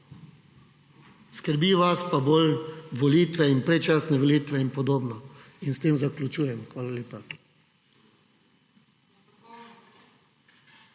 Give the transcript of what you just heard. Skrbijo vas pa bolj volitve in predčasne volitve in podobno. S tem zaključujem. Hvala lepa.